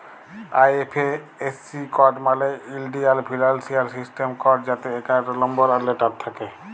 IFSC code মালে ইলডিয়াল financial system code যাতে এগারটা লম্বর আর লেটার থ্যাকে